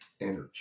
energy